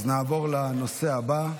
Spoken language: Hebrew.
נעבור לנושא הבא,